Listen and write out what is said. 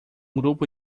grupo